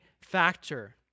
factor